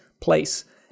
place